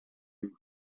lui